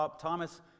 Thomas